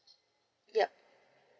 yup